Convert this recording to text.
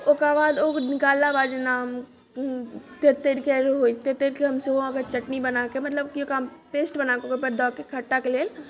ओकरबाद ओ निकालला बाद जेना हम तरि तरिके तरि तरिके हम सेहो अहाँके चटनी बनाके मतलब की ओकरा हम पेस्ट बना कऽ ओकरा पर दैके खट्टाके लेल